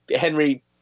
henry